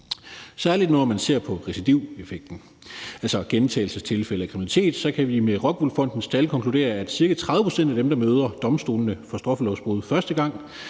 Særlig når man ser på recidiveffekten, altså gentagelsestilfælde af kriminalitet, kan vi med ROCKWOOL Fondens tal konkludere, at ca. 30 pct. af dem, der møder domstolene for brud på straffeloven første gang,